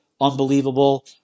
unbelievable